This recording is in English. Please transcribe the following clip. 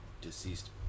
deceased